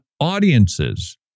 audiences